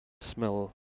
smell